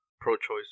pro-choice